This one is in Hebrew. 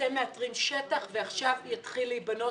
אתם מאתרים שטח ועכשיו יתחיל להיבנות